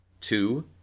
Two